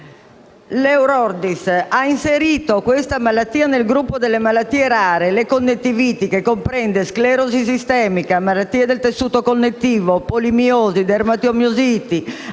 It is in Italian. l'Eurordis ha inserito questa malattia nel gruppo delle malattie rare (le connettiviti), che comprende sclerosi sistemica, malattie del tessuto connettivo, polimiositi, dermatomiositi,